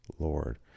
Lord